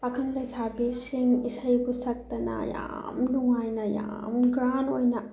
ꯄꯥꯈꯪ ꯂꯩꯁꯥꯕꯤꯁꯤꯡ ꯏꯁꯩꯕꯨ ꯁꯛꯇꯅ ꯌꯥꯝ ꯅꯨꯡꯉꯥꯏꯅ ꯌꯥꯝ ꯒ꯭ꯔꯥꯟ ꯑꯣꯏꯅ